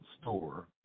store